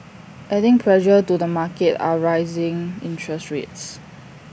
adding pressure to the market are rising interest rates